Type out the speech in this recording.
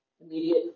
immediate